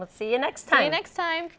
let's see you next time next time